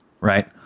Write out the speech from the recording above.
Right